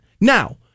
Now